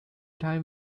time